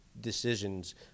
decisions